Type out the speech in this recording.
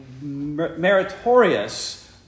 meritorious